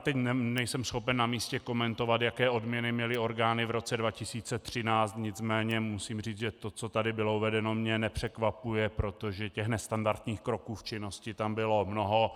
Teď nejsem schopen na místě komentovat, jaké odměny měly orgány v roce 2013, nicméně musím říct, že to, co tady bylo uvedeno, mě nepřekvapuje, protože těch nestandardních kroků v činnosti tam bylo mnoho.